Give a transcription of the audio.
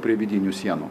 prie vidinių sienų